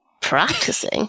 practicing